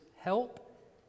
help